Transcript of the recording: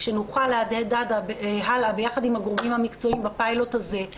שנוכל להדהד הלאה ביחד עם הגורמים המקצועיים בפיילוט הזה,